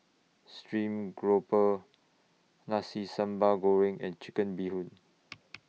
Stream Grouper Nasi Sambal Goreng and Chicken Bee Hoon